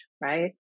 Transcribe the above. right